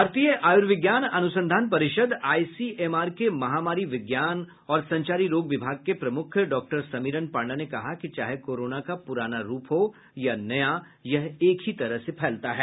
भारतीय आयुर्विज्ञान अनुसंधान परिषद् आईसीएमआर के महामारी विज्ञान और संचारी रोग विभाग के प्रमुख डॉक्टर समीरन पांडा ने कहा कि चाहे कोरोना का पुराना रूप हो या नया यह एक ही तरह से फैलता है